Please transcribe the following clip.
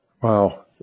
Wow